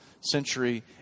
century